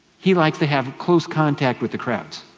he likes to have close contact with the crowds,